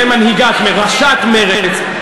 מנהיגת מרצ, ראשת מרצ.